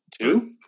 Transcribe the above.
two